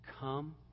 come